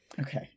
okay